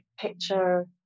picture